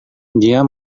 dia